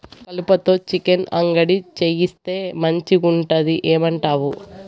కలుపతో చికెన్ అంగడి చేయిస్తే మంచిగుంటది ఏమంటావు